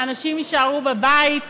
אנשים יישארו בבית,